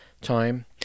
time